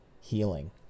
healing